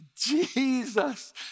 Jesus